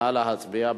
נא להצביע.